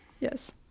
Yes